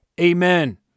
Amen